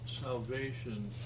salvation